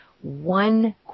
one